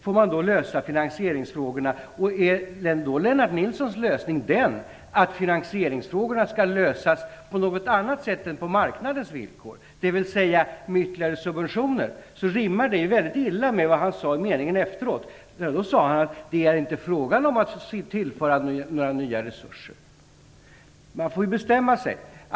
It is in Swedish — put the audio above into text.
Är det Lennart Nilssons uppfattning att finansieringsfrågorna skall lösas på något annat sätt än på marknadens villkor, dvs. med ytterligare subventioner? I så fall rimmar det väldigt illa med det han sade om att det inte är fråga om att tillföra några nya resurser. Man får ju bestämma sig.